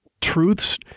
truths